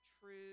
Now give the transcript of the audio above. true